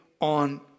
on